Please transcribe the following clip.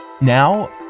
Now